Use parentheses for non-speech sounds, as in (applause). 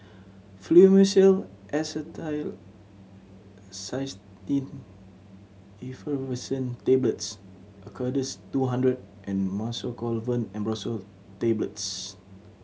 Fluimucil (unintelligible) Effervescent Tablets Acardust two hundred and Mucosolvan Ambroxol Tablets